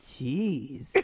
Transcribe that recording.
Jeez